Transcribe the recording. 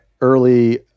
early